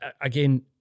again